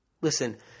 Listen